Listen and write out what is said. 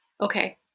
okay